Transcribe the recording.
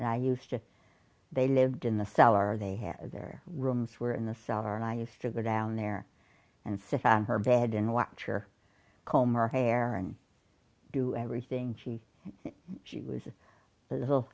and i used to they lived in the cellar they had their rooms were in the cellar and i used to go down there and sit on her bed in a watch or comb her hair and do everything she she was a little